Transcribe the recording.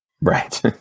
Right